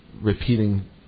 repeating